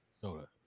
Soda